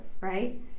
right